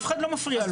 אף אחד לא מפריע לו.